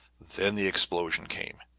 then the explosion came,